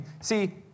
see